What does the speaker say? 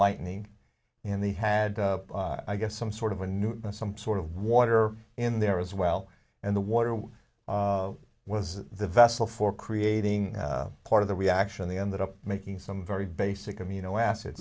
lightning and they had i guess some sort of a new some sort of water in there as well and the water was was the vessel for creating part of the reaction they ended up making some very basic amino acids